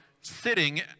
sitting